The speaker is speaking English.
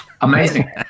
Amazing